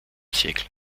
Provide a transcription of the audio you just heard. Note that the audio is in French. siècle